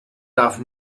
darf